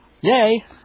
Yay